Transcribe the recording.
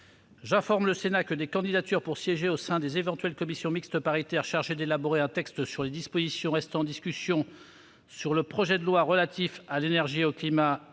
J'informe le Sénat que des candidatures pour siéger au sein des éventuelles commissions mixtes paritaires chargées d'élaborer un texte sur les dispositions restant en discussion sur le projet de loi relatif à l'énergie et au climat